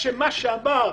אני מוצא שמה שהמצב חמור